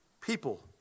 people